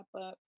up